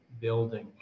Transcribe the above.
building